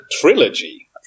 trilogy